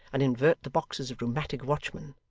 and invert the boxes of rheumatic watchmen!